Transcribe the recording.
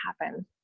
happen